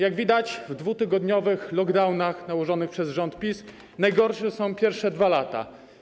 Jak widać, w dwutygodniowych lockdownach nałożonych przez rząd PiS najgorsze są pierwsze 2 lata.